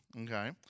Okay